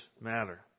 matter